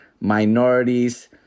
minorities